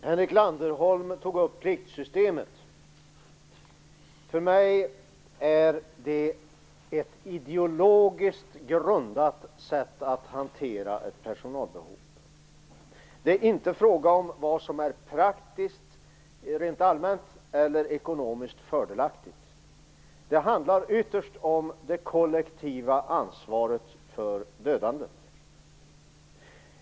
Herr talman! Henrik Landerholm tog upp pliktsystemet. För mig är det ett ideologiskt grundat sätt att hantera ett personalbehov. Det är inte fråga om vad som är praktiskt rent allmänt eller ekonomiskt fördelaktigt. Det handlar ytterst om det kollektiva ansvaret för dödandet.